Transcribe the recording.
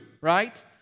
Right